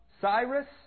Cyrus